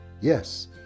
Yes